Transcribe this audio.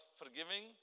forgiving